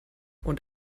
und